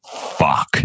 fuck